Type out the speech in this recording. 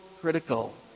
critical